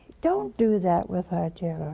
don't do that with our dear